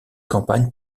campagne